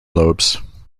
lobes